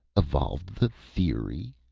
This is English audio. evolved the theory?